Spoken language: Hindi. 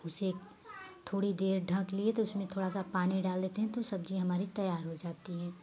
उसे थोड़ी देर ढक लिए तो उसमें थोड़ा सा पानी डाल देते हैं तो सब्जी हमारी तैयार हो जाती है